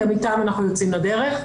גם איתם אנחנו יוצאים לדרך.